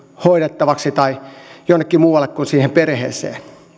hoidettavaksi tai jonnekin muualle kuin siihen perheeseen